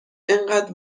انقد